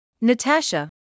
Natasha